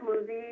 movie